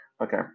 okay